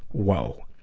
whoa.